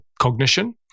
cognition